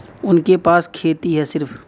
उनके पास खेती हैं सिर्फ